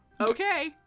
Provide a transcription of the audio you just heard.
okay